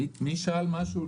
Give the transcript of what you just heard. מי שאל משהו?